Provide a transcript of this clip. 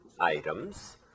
items